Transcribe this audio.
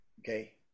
Okay